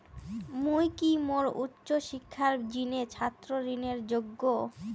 মুই কি মোর উচ্চ শিক্ষার জিনে ছাত্র ঋণের যোগ্য?